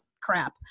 crap